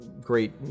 great